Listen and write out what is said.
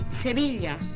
Sevilla